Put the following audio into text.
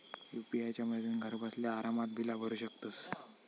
UPI च्या मदतीन घरबसल्या आरामात बिला भरू शकतंस